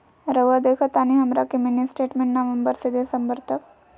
रहुआ देखतानी हमरा के मिनी स्टेटमेंट नवंबर से दिसंबर तक?